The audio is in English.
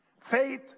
Faith